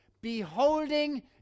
Beholding